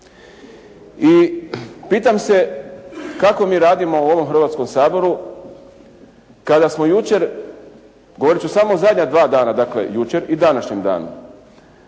I pitam se kako mi radimo u ovom Hrvatskom saboru kada smo jučer, govorit ću samo o zadnja dva dana, dakle jučer i današnjem danu